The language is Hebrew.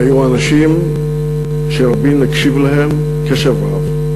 אלה היו אנשים שרבין הקשיב להם קשב רב.